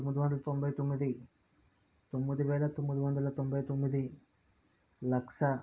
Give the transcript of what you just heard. తొమ్మిది వందల తొంభై తొమ్మిది తొమ్మిది వేల తొమ్మిది వందల తొంభై తొమ్మిది లక్ష